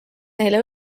neile